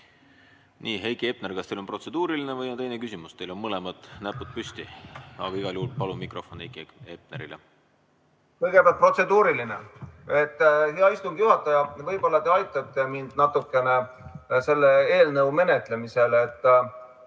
Nii. Heiki Hepner, kas teil on protseduuriline või on teine küsimus, teil on mõlemad näpud püsti? Aga igal juhul palun mikrofon Heiki Hepnerile. (Kaugühendus)Kõigepealt protseduuriline. Hea istungi juhataja! Võib-olla te aitate mind natukene selle eelnõu menetlemisel? Ma